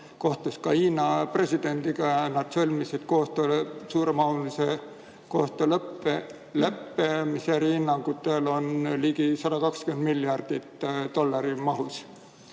kohtus ka Hiina presidendiga. Nad sõlmisid suuremahulise koostööleppe, mis eri hinnangutel on ligi 120 miljardi dollari